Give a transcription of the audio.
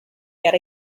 yet